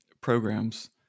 programs